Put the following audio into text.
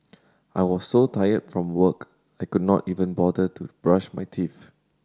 I was so tired from work I could not even bother to brush my teeth